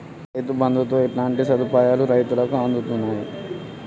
రైతు బంధుతో ఎట్లాంటి సదుపాయాలు రైతులకి అందుతయి?